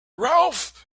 ralph